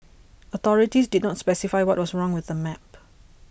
authorities did not specify what was wrong with the map